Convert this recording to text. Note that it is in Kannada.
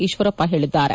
ಈಶ್ವರಪ್ಪ ಹೇಳಿದ್ದಾರೆ